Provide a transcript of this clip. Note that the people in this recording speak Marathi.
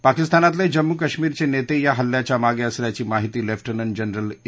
पाकिस्तानतले जम्मू कश्मिरचे नेते या हल्ल्याच्या मागे असल्याची माहिती लेफ्टनंट जनरल के